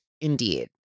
Indeed